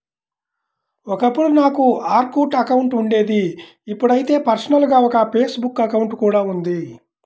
ఒకప్పుడు నాకు Orkut account ఉండేది ఇప్పుడైతే పర్సనల్ గా ఒక ఫేస్ బుక్ అకౌంట్ కూడా ఉంది